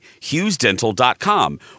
HughesDental.com